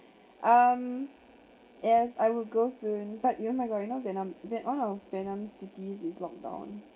um yes I would go soon but you're not going you know vietnam that all of vietnam cities is lock down